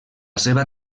seva